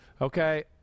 Okay